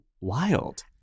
wild